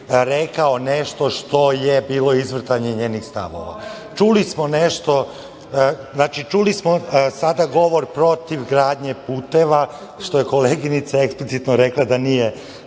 rekao nešto što je bilo izvrtanje njenih stavova. Čuli smo nešto, znači čuli smo sada govor protiv gradnje puteve, što je koleginica eksplicitno rekla da nije